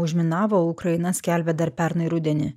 užminavo ukraina skelbia dar pernai rudenį